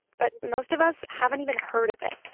but most of us haven't even heard of it,